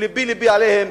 שלבי לבי עליהם,